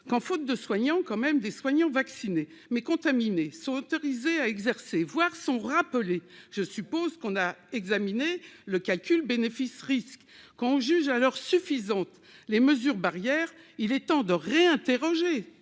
quand, faute de soignants quand même des soignants vaccinés mais contaminés sont autorisés à exercer voir sont rappelés, je suppose qu'on a examiné le calcul bénéfice risque qu'on juge alors suffisantes les mesures barrières, il est temps de réinterroger